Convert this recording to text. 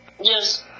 Yes